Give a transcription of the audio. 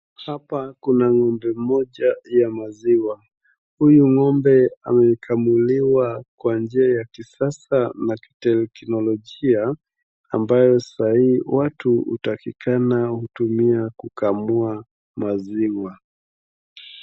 Hapa kuna ng'ombe moja ya maziwa. Huyu ng'ombe amekamuliwa kwa njia ya kisasa na kiteknolojia ambayo saa hii watu hutakikana kutumia kukamua maziwa.